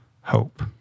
hope